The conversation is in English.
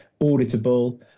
auditable